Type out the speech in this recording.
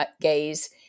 gaze